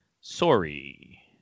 Sorry